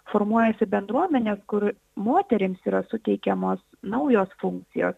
formuojasi bendruomenės kur moterims yra suteikiamos naujos funkcijos